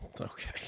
Okay